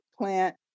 plant